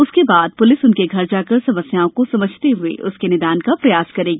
उसके बाद प्लिस उनके घर जाकर समस्याओं को समझते हए उसके निदान का प्रयास करेगी